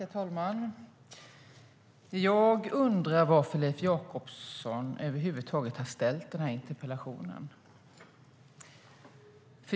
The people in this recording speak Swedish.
Herr talman! Jag undrar varför Leif Jakobsson över huvud taget har ställt denna interpellation.